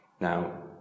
Now